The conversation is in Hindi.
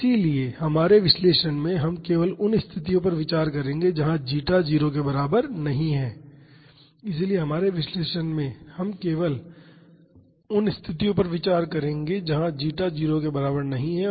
इसलिए हमारे विश्लेषण में हम केवल उन स्थितियों पर विचार करेंगे जहां जीटा 0 के बराबर नहीं है और बीटा जे 1 के बराबर नहीं है